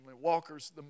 Walker's